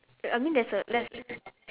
I mean there's a less